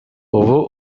ubu